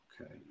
Okay